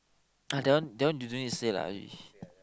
ah that one that one you don't need to say lah